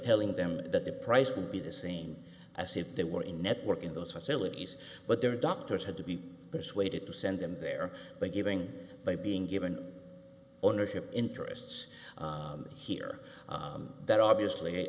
telling them that the price would be the same as if they were in network in those facilities but their doctors had to be persuaded to send them there by giving by being given ownership interests here that obviously